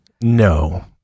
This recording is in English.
No